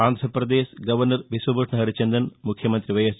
Andhra Pradesh governor Biswabhusan Harichandan ముఖ్యమంతి YS